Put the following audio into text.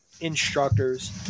instructors